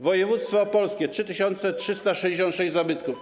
Województwo opolskie - 3366 zabytków.